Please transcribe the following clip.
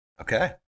okay